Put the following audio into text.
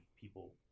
people